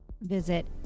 Visit